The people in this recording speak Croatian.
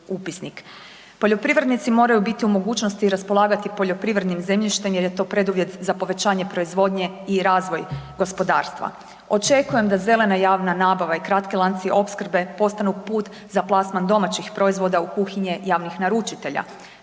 Poljoprivrednici moraju biti u mogućnosti raspolagati poljoprivrednim zemljištem jer je to preduvjet za povećanje proizvodnje i razvoj gospodarstva. Očekujem da zelena javna nabava i kratki lanci opskrbe postanu put za plasman domaćih proizvoda u kuhinje javnih naručitelja.